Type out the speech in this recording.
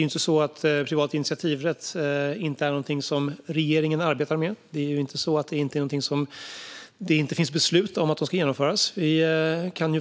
är ju inte så att privat initiativrätt inte är någonting som regeringen arbetar med. Det är ju inte så att det inte finns beslut om detta ska genomföras.